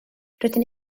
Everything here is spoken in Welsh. rydyn